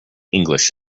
english